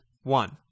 One